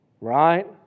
Right